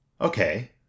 okay